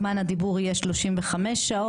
זמן הדיבור היא 35 שעות.